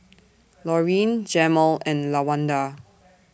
Laurene Jemal and Lawanda